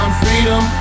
freedom